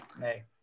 hey